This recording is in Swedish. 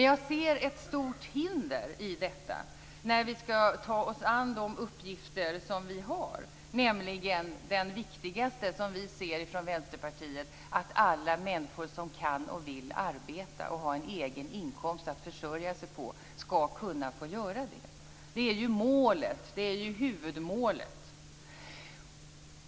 Jag ser ett stort hinder i detta när vi skall ta oss an de uppgifter vi har. Vi från Vänsterpartiet ser som den viktigaste att alla människor som kan och vill arbeta och ha en egen inkomst att försörja sig på skall kunna få göra det. Det är huvudmålet.